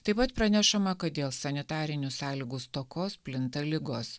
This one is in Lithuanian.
taip pat pranešama kad dėl sanitarinių sąlygų stokos plinta ligos